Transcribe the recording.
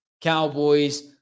Cowboys